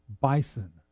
bison